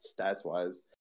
stats-wise